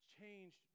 changed